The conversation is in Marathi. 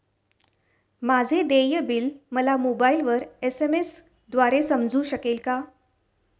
माझे देय बिल मला मोबाइलवर एस.एम.एस द्वारे समजू शकेल का?